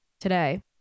today